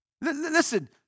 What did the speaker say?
Listen